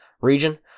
Region